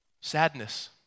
Sadness